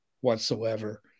whatsoever